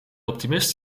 optimist